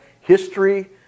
history